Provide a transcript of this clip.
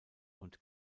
und